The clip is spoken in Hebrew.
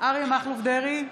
אריה מכלוף דרעי,